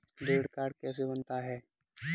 Debit card कैसे बनता है?